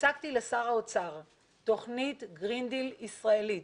הצגתי לשר האוצר תוכנית גרין דיל ישראלית